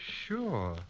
sure